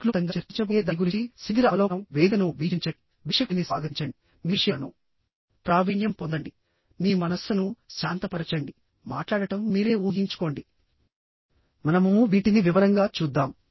నేను క్లుప్తంగా చర్చించబోయే దాని గురించి శీఘ్ర అవలోకనంవేదికను వీక్షించండి వీక్షకుడిని స్వాగతించండిమీ విషయాలను ప్రావీణ్యం పొందండిమీ మనస్సును శాంతపరచండి మాట్లాడటం మీరే ఊహించుకోండి మనము వీటిని వివరంగా చూద్దాం